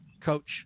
coach